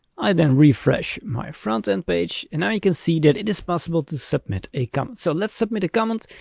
i then refresh my front end page. and now you can see that it is possible to submit a comment. so let's submit a comment.